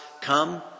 come